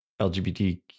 LGBT